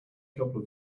couple